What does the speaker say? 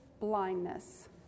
blindness